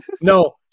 No